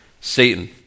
Satan